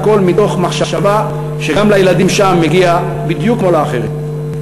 והכול מתוך מחשבה שגם לילדים שם מגיע בדיוק כמו לאחרים.